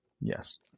Yes